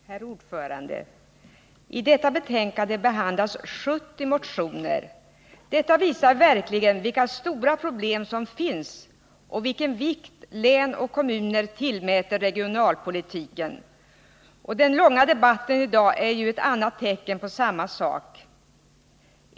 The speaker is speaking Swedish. Herr talman! I arbetsmarknadsutskottets betänkande nr 23 behandlas 70 motioner. Det visar verkligen vilka stora problem som finns och vilken vikt län och kommuner tillmäter regionalpolitiken. Den långa debatten i dag är ett annat tecken på samma sak.